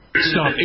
Stop